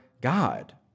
God